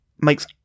makes